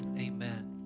amen